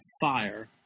fire